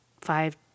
five